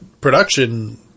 production